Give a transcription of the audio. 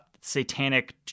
satanic